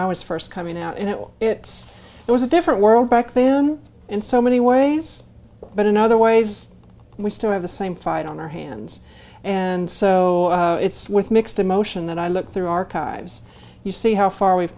i was first coming out and it was it was a different world back then in so many ways but in other ways we still have the same fight on our hands and so it's with mixed emotion that i look through archives you see how far we've